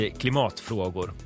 klimatfrågor